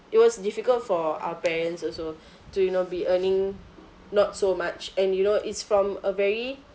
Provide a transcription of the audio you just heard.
it was difficult for our parents also to you know be earning not so much and you know it's from a very